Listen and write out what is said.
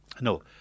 No